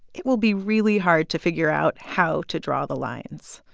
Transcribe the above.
it will be really hard to figure out how to draw the lines.